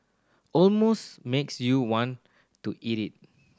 almost makes you want to eat it